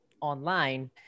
online